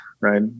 right